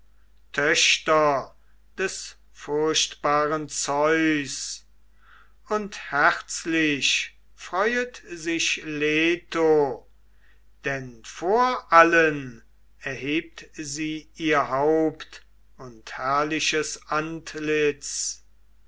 töchter des furchtbaren zeus und herzlich freuet sich leto denn vor allen erhebt sie ihr haupt und herrliches antlitz